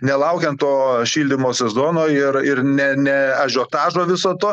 nelaukiant to šildymo sezono ir ir ne ne ažiotažo viso to